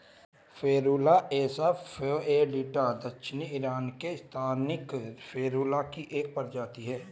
Ferula assa foetida दक्षिणी Iran के लिए स्थानिक फेरुला की एक प्रजाति है